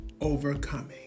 overcoming